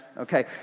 Okay